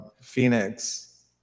Phoenix